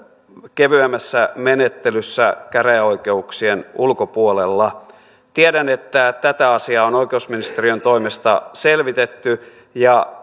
kevyemmässä menettelyssä käräjäoikeuksien ulkopuolella tiedän että tätä asiaa on oikeusministeriön toimesta selvitetty ja